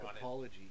apology